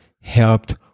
helped